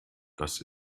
das